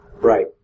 Right